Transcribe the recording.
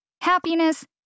happiness